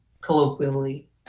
colloquially